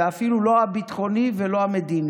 ואפילו לא הביטחוני ולא המדיני.